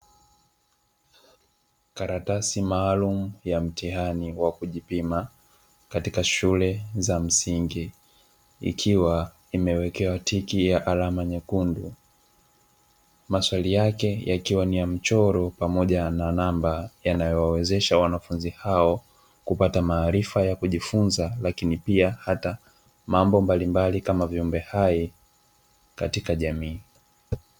Karatasi maalumu ya mtihani wa kujipima katika shule za msingi ikiwa imewekewa tiki ya alama nyekundu. Maswali yake yakiwa ni ya mchoro pamoja na namba yanayowawezesha wanafunzi hao kupata maarifa ya kujifunza lakini pia hata mambo mbalimbali kama viumbe hai katika jamii.